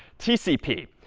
tcp.